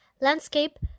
landscape